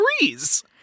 agrees